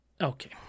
Okay